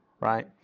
right